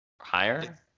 Higher